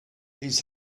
his